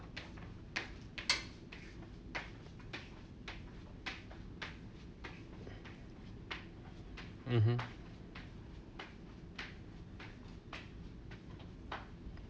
mmhmm